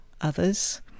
others